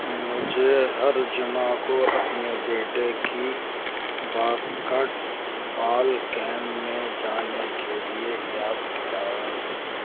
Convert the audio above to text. مجھے ہر جمعہ کو اپنے بیٹے کی باسکٹ بال گیم میں جانے کے لیے یاد دلاؤں